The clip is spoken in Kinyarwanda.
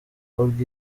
org